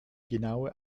genaue